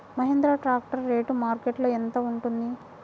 Mahindra tractor rate మార్కెట్లో యెంత ఉంటుంది?